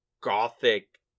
gothic